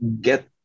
get